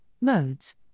modes